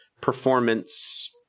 performance